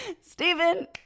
Stephen